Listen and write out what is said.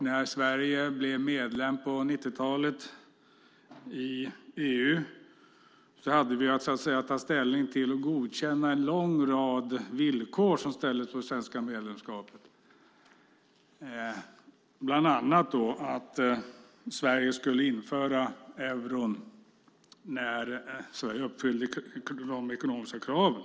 När Sverige på 90-talet blev medlem i EU hade vi att ta ställning till och godkänna en lång rad villkor som ställdes på det svenska medlemskapet. Det gällde bland annat att Sverige skulle införa euron när vi uppfyllde de ekonomiska kraven.